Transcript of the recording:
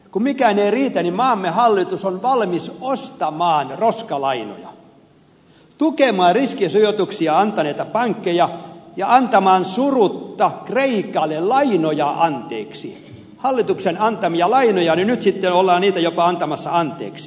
kun mikään ei riitä niin maamme hallitus on valmis ostamaan roskalainoja tukemaan riskisijoituksia antaneita pankkeja ja antamaan surutta kreikalle lainoja anteeksi hallituksen antamia lainoja ollaan nyt sitten jopa antamassa anteeksi